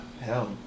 hell